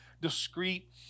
discreet